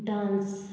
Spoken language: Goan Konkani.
डांस